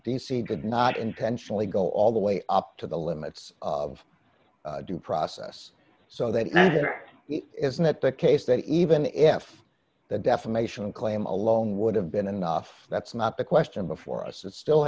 did not intentionally go all the way up to the limits of due process so that isn't it the case that even if the defamation claim alone would have been enough that's not the question before us it still